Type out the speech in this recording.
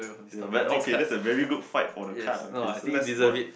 ya but okay that's a very good fight for the card ah okay so let's vote